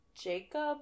Jacob